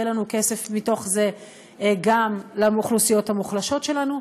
יהיה לנו כסף מתוך זה גם לאוכלוסיות המוחלשות שלנו,